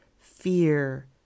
fear